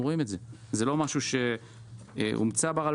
אנחנו רואים את זה, וזה לא משהו שהומצא ברלב"ד.